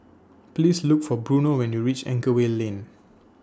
Please Look For Bruno when YOU REACH Anchorvale Lane